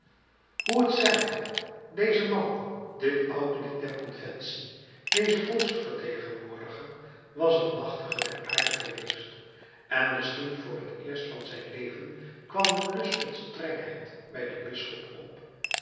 hoe het zij deze man dit oud lid der conventie deze volksvertegenwoordiger was een machtige der aarde geweest en misschien voor het eerst van zijn leven kwam een lust tot strengheid bij den bisschop op